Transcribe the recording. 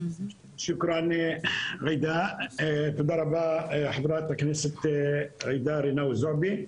תודה רבה חה"כ ג'ידא רינאוי זועבי.